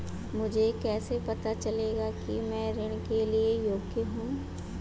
मुझे कैसे पता चलेगा कि मैं ऋण के लिए योग्य हूँ?